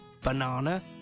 banana